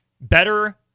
better